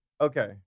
okay